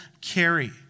carry